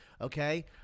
okay